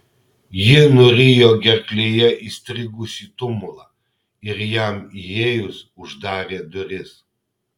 ji nurijo gerklėje įstrigusį tumulą ir jam įėjus uždarė duris